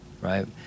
right